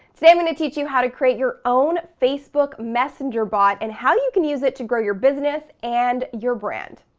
today i'm gonna teach you how to create your own facebook messenger bot and how you can use it to grow your business and your brand.